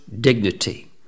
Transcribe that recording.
dignity